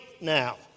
now